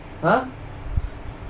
!huh!